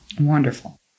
Wonderful